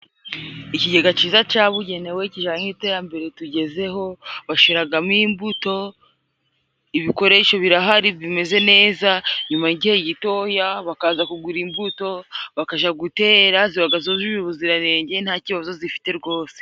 Ikigega cyiza cabugenewe kijanye n'iterambere tugezeho, bashiragamo imbuto, ibikoresho birahari bimeze neza, nyuma y'igihe gitoya bakaza kugura imbuto bakaja gutera, zibaga zujuje ubuziranenge, nta kibazo zifite rwose.